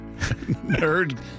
Nerd